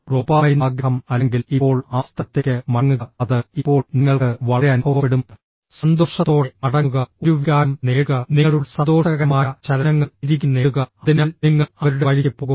dopamine ആഗ്രഹം അല്ലെങ്കിൽ ഇപ്പോൾ ആ സ്ഥലത്തേക്ക് മടങ്ങുക അത് ഇപ്പോൾ നിങ്ങൾക്ക് വളരെ അനുഭവപ്പെടും സന്തോഷത്തോടെ മടങ്ങുക ഒരു വികാരം നേടുക നിങ്ങളുടെ സന്തോഷകരമായ ചലനങ്ങൾ തിരികെ നേടുക അതിനാൽ നിങ്ങൾ അവരുടെ വഴിക്ക് പോകും